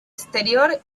exterior